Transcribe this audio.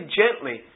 gently